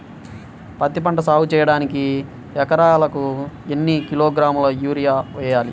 పత్తిపంట సాగు చేయడానికి ఎకరాలకు ఎన్ని కిలోగ్రాముల యూరియా వేయాలి?